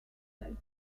load